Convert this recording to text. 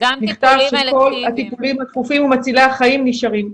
נכתב שכל הטיפולים הדחופים ומצילי החיים נשארים.